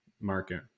market